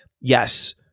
Yes